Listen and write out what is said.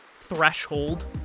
threshold